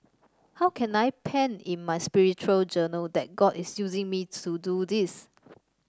how can I pen in my spiritual journal that God is using me to do this